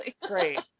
great